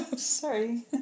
Sorry